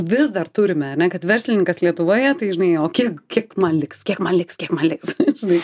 vis dar turime ane kad verslininkas lietuvoje tai žinai o kiek kiek man liks kiek man liks kiek man liks žinai